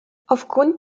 aufgrund